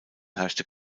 herrschte